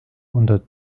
unter